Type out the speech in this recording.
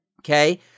Okay